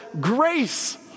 grace